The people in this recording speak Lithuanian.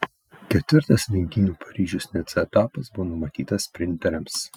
ketvirtas lenktynių paryžius nica etapas buvo numatytas sprinteriams